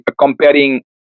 comparing